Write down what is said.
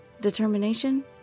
Determination